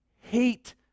hate